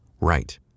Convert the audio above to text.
Right